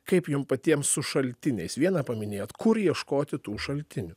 kaip jum patiem su šaltiniais vieną paminėjot kur ieškoti tų šaltinių